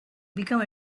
become